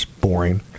boring